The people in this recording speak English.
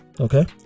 Okay